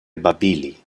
babili